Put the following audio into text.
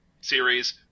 series